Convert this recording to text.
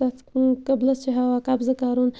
تَتھ قبلَس چھِ ہٮ۪وان قبضہٕ کَرُن